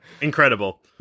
incredible